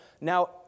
Now